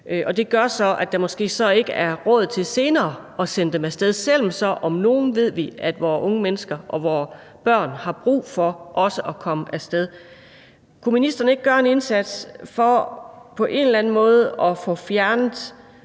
det gør så, at der måske ikke senere er råd til at sende dem af sted, selv om vi ved, at vore unge mennesker og vore børn om nogen har brug for at komme af sted. Kunne ministeren ikke gøre en indsats for på en